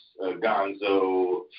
Gonzo